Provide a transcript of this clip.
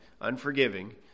unforgiving